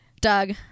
Doug